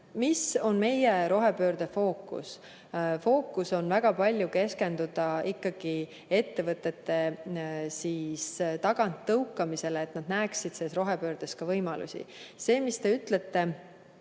Mis on meie rohepöörde fookus? Fookus on ikkagi väga palju keskenduda ettevõtete taganttõukamisele, et nad näeksid rohepöördes võimalusi. Sellega, mis te ütlesite,